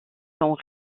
sont